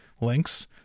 links